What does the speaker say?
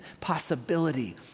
possibility